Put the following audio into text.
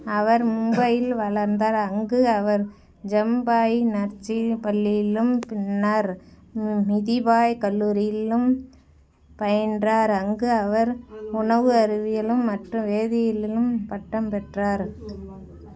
அவர் மும்பையில் வளர்ந்தார் அங்கு அவர் ஜம்பாய் நர்சி பள்ளியிலும் பின்னர் மிதிபாய் கல்லூரியிலும் பயின்றார் அங்கு அவர் உணவு அறிவியலும் மற்றும் வேதியியலிலும் பட்டம் பெற்றார்